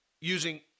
using